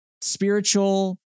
spiritual